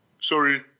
Sorry